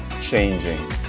changing